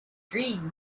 dream